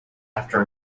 after